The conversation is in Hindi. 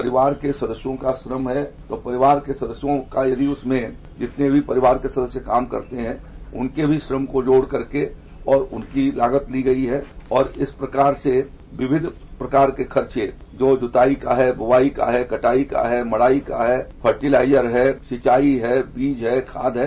परिवार के सदस्यों का रम है तो परिवार के सदस्यों का यदि उसमें जितने भी परिवार के सदस्य उनमें काम करते है उनके भी श्रम को जोड़ करके और उनकी लागत ली गई है और इस प्रकार स विविध प्रकार के खच जोताइ का है बोआई का है कटाई का है मड़ाई का है फर्टीलाइजर है सिंचाई है बीज है खाद है